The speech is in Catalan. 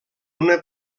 una